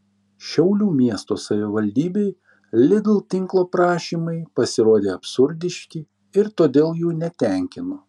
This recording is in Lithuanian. šiaulių miesto savivaldybei lidl tinklo prašymai pasirodė absurdiški ir todėl jų netenkino